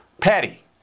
Patty